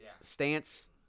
stance